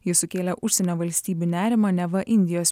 jis sukėlė užsienio valstybių nerimą neva indijos